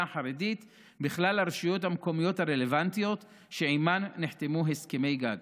החרדית בכלל הרשויות המקומיות הרלוונטיות שעימן נחתמו הסכמי גג